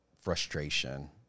frustration